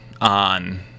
on